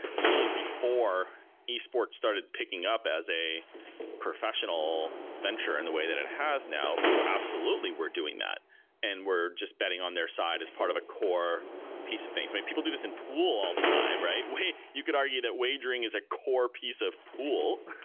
especially before e-sports started picking up as a professional venture in the way that it has now who absolutely were doing that and were just betting on their side as part of a core piece of things. people do this in pool all the time, right? you could argue that wagering is a core piece of pool.